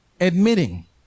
admitting